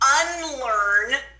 unlearn